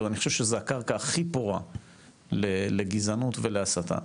אני חושב שזו הקרקע הכי פורה לגזענות ולהסתה.